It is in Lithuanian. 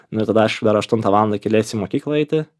nu ir tada aš dar aštuntą valandą keliesi į mokyklą eiti